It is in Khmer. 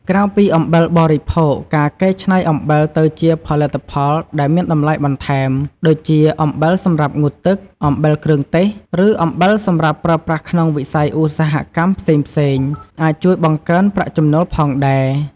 ក្រៅពីអំបិលបរិភោគ ការកែច្នៃអំបិលទៅជាផលិតផលដែលមានតម្លៃបន្ថែម ដូចជា អំបិលសម្រាប់ងូតទឹក អំបិលគ្រឿងទេស ឬអំបិលសម្រាប់ប្រើប្រាស់ក្នុងវិស័យឧស្សាហកម្មផ្សេងៗ អាចជួយបង្កើនប្រាក់ចំណូលផងដែរ។